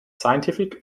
scientific